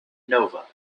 nova